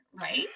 right